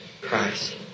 Christ